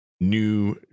new